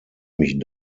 mich